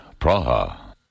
Praha